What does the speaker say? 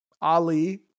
Ali